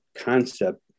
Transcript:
concept